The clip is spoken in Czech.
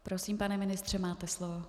Prosím, pane ministře, máte slovo.